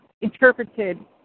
interpreted